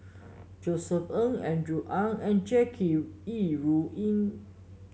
Josef Ng Andrew Ang and Jackie Yi Ru Ying